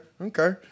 okay